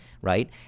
right